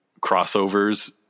crossovers